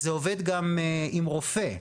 ככה זה עובד גם עם רופא.